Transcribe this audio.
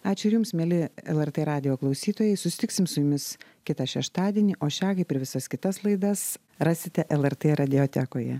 ačiū ir jums mieli lrt radijo klausytojai susitiksim su jumis kitą šeštadienį o šią kaip ir visas kitas laidas rasite lrt radiotekoje